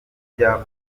kuva